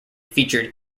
featured